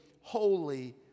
holy